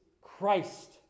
christ